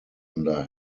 under